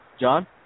John